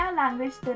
language